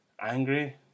angry